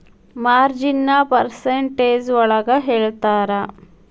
ಮಾರ್ಜಿನ್ನ percentage ಒಳಗ ಹೇಳ್ತರ